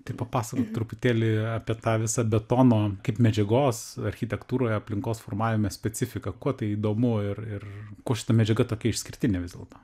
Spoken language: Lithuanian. tai papasakok truputėlį apie tą visą betono kaip medžiagos architektūroje aplinkos formavime specifiką kuo tai įdomu ir ir kuo šita medžiaga tokia išskirtinė vis dėlto